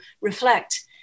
reflect